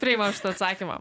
priimam šitą atsakymą